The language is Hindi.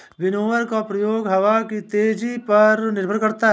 विनोवर का प्रयोग हवा की तेजी पर निर्भर करता है